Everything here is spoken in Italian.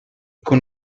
con